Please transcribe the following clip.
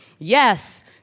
Yes